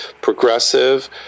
progressive